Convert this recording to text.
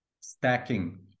stacking